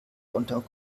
unterm